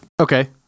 Okay